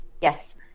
Yes